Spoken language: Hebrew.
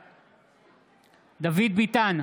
בעד דוד ביטן,